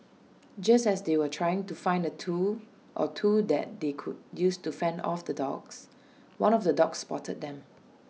just as they were trying to find A tool or two that they could use to fend off the dogs one of the dogs spotted them